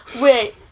Wait